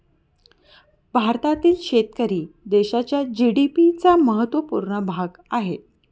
भारतातील शेतकरी देशाच्या जी.डी.पी चा महत्वपूर्ण भाग आहे